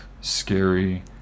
scary